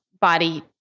body